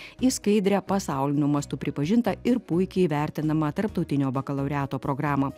į skaidrią pasauliniu mastu pripažintą ir puikiai vertinamą tarptautinio bakalaureato programą